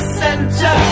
center